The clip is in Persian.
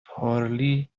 پارلی